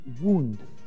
wound